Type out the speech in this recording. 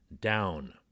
down